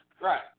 Right